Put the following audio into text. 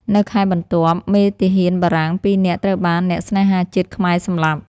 នៅខែបន្ទាប់ មេទាហានបារាំងពីរនាក់ត្រូវបានអ្នកស្នេហាជាតិខ្មែរសម្លាប់។